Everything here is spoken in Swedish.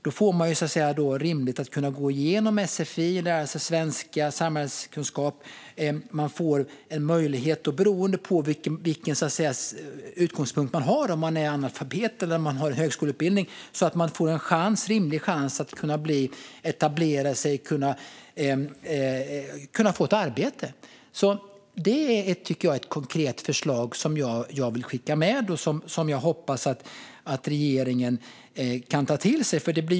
Då får man rimlig tid att genomgå sfi och lära sig svenska och samhällskunskap. Man får en rimlig chans beroende på vilken utgångspunkt man har, om man är analfabet eller har högskoleutbildning, att etablera sig och få ett arbete. Det är ett konkret förslag som jag vill skicka med och som jag hoppas att regeringen kan ta till sig.